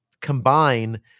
combine